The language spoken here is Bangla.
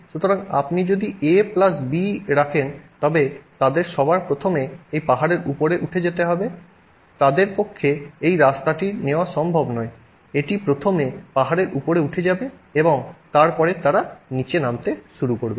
সুতরাং আপনি যদি A প্লাস B রাখেন তবে তাদের সবার প্রথমে এই পাহাড়ের উপরে যেতে হবে তাদের পক্ষে এই রাস্তাটি নেওয়া সম্ভব নয় এটি প্রথমে পাহাড়ের উপরে উঠে যাবে এবং তারপরে তারা নীচে নামতে শুরু করবে